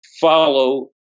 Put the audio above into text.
follow